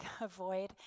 avoid